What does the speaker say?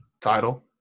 Title